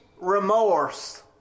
remorse